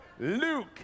Luke